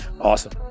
Awesome